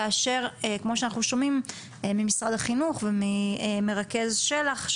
כאשר כמו שאנחנו שומעים ממשרד החינוך וממרכז של"ח,